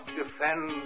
defend